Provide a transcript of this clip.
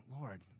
Lord